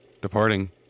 Departing